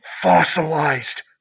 Fossilized